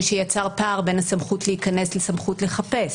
שיצר פער בין הסמכות להיכנס לסמכות לחפש.